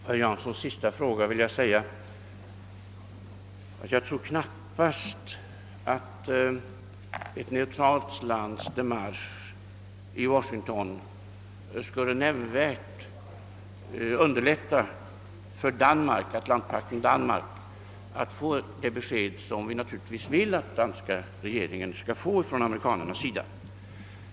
Herr talman! På herr Janssons senaste fråga vill jag svara att jag knappast tror att ett neutralt lands demarche i Washington nämnvärt skulle underlätta för atlantpaktsstaten Danmark att få det besked vi naturligtvis vill att danska regeringen skall få från amerikansk sida.